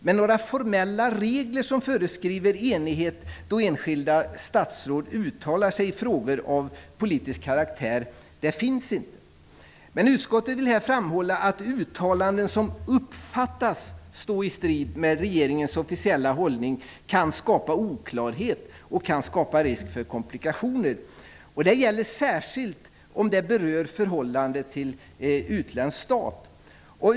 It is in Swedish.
Men några formella regler som föreskriver enighet då enskilda statsråd uttalar sig i frågor av politisk karaktär finns inte. Utskottet vill dock här framhålla att ''uttalanden som uppfattas stå i strid med regeringens officiella hållning kan skapa oklarhet och risk för komplikationer, särskilt om det berör förhållandet till utländsk stat''.